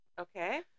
Okay